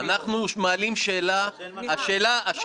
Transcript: שיקראו את הדוח היטב ובעוד שבוע יגישו את תגובתם בצורה מנומקת.